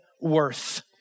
worth